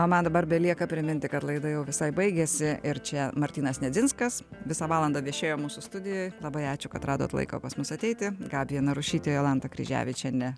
man dabar belieka priminti kad laida jau visai baigėsi ir čia martynas nedzinskas visą valandą viešėjo mūsų studijoj labai ačiū kad radot laiko pas mus ateiti gabija narušytė jolanta kryževičienė